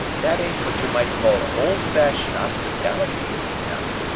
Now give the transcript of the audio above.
that ain't what you might call old-fashioned ospitality, is it now?